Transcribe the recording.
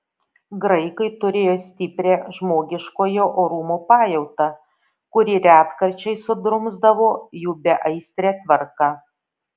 graikai turėjo stiprią žmogiškojo orumo pajautą kuri retkarčiais sudrumsdavo jų beaistrę tvarką